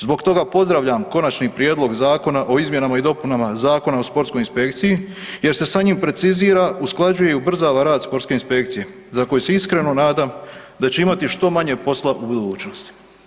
Zbog toga pozdravljam Končani prijedlog zakona o izmjenama i dopunama Zakona o sportskoj inspekciji jer se sa njim precizira, usklađuje i ubrzava rad sportske inspekcije za koje se iskreno nadam da će imati što manje posla u budućnosti.